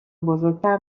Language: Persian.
بزرگتر